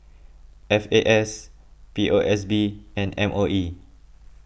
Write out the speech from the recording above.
F A S P O S B and M O E